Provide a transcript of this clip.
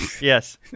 Yes